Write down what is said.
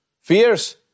Fierce